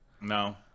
No